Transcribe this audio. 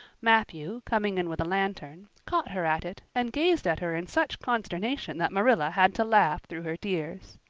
matthew, coming in with a lantern, caught her at it and gazed at her in such consternation that marilla had to laugh through her tears.